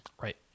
Right